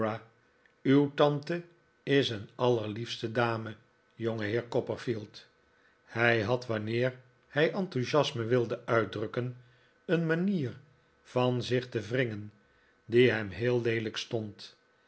uw tante is eeri allerliefste dame jongeheer copperfield ik maak een afspraak met uriah heep hij had wanneer hij enthousiasme wilde uitdrukken een manier van zich te wringen die hem heel leelijk stond